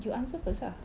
you answer first ah